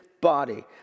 body